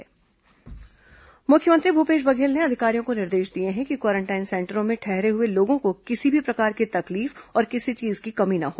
मुख्यमंत्री quarantine centre मुख्यमंत्री भूपेश बघेल ने अधिकारियों को निर्देश दिए हैं कि क्वारेंटाइन सेंटरों में ठहरे हुए लोगों को किसी भी प्रकार की तकलीफ और किसी चीज की कमी न हो